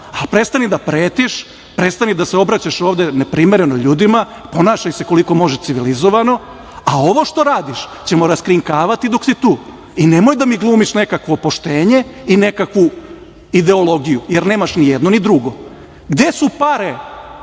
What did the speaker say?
ali prestani da pretiš, prestani da se obraćaš ovde neprimereno ljudima, ponašaj se koliko možeš civilizovano, a ovo što radiš ćemo raskrinkavati dok si tu. Nemoj da mi glumiš nekakvo poštenje i nekakvu ideologiju, jer nemaš ni jedno ni drugo. Gde su pare